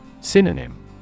Synonym